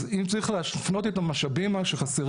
אז אם צריך להפנות את המשאבים שחסרים,